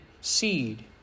seed